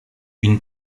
une